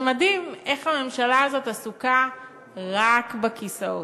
זה מדהים איך הממשלה הזאת עסוקה רק בכיסאות,